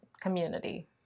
community